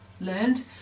learned